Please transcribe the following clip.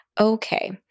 Okay